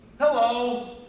Hello